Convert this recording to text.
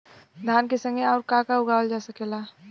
धान के संगे आऊर का का उगावल जा सकेला?